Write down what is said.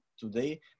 Today